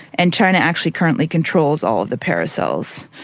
and china actually currently controls all the paracels.